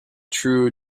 true